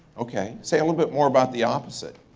okay. say a little bit more about the opposite.